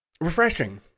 Refreshing